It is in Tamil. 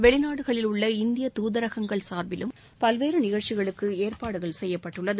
வெளிநாடுகளில் உள்ள இந்திய துதரகங்கள் சார்பிலும் பல்வேறு நிகழ்ச்சிகளுக்கு ஏற்பாடு செய்யப்பட்டுள்ளது